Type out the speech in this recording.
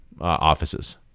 offices